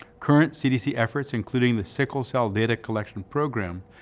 current cdc efforts, including the sickle cell data collection program,